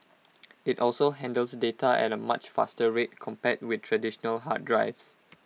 IT also handles data at A much faster rate compared with traditional hard drives